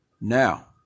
Now